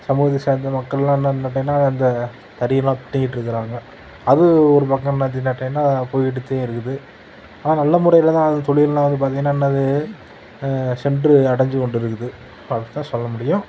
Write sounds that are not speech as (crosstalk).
சமூகத்தை சேர்ந்த மக்கள்லாம் என்னன்னு கேட்டிங்கன்னால் அந்த தறியெல்லாம் (unintelligible) இருக்கிறாங்க அது ஒரு பக்கம் என்னாச்சு கேட்டிங்கன்னால் போயிட்டுத்தேன் இருக்குது ஆனால் நல்ல முறையில்தான் அந்த தொழில்லாம் வந்து பார்த்திங்கன்னா என்னது சென்று அடைஞ்சு கொண்டிருக்குது இப்போ அதைத்தான் சொல்ல முடியும்